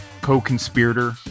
co-conspirator